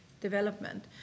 development